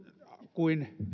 kuin